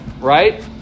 right